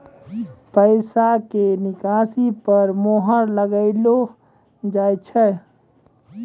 पैसा के निकासी पर मोहर लगाइलो जाय छै